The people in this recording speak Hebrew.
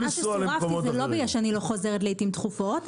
וסורבתי לא בגלל שאני לא חוזרת לעיתים תכופות.